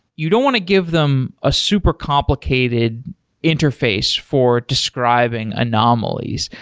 you don't want to give them a super complicated interface for describing anomalies.